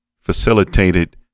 facilitated